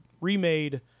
remade